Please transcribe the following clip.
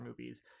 movies